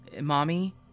Mommy